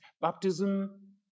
baptism